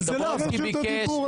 אל תדאג לה.